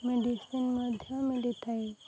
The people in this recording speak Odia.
ମେଡ଼ିସିନ୍ ମଧ୍ୟ ମିଳିଥାଏ